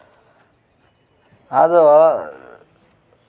ᱟᱫᱚ